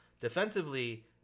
Defensively